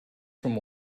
from